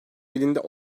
elinde